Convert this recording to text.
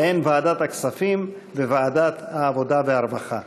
בהן ועדת הכספים וועדת העבודה והרווחה.